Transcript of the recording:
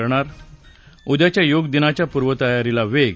करणार उद्याच्या योगदिनाच्या पूर्वतयारीला वेग